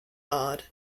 odd